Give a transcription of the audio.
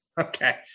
Okay